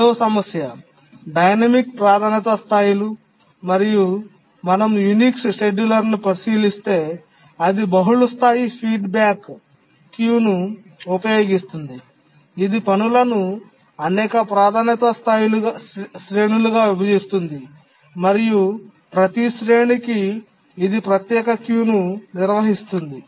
రెండవ సమస్య డైనమిక్ ప్రాధాన్యత స్థాయిలు మరియు మేము యునిక్స్ షెడ్యూలర్ను పరిశీలిస్తే అది బహుళస్థాయి ఫీడ్బ్యాక్ క్యూను ఉపయోగిస్తుంది ఇది పనులను అనేక ప్రాధాన్యత శ్రేణులుగా విభజిస్తుంది మరియు ప్రతి శ్రేణికి ఇది ప్రత్యేక క్యూను నిర్వహిస్తుంది